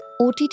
OTT